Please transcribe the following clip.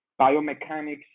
biomechanics